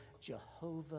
Jehovah